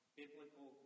biblical